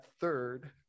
third